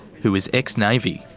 who is ex-navy,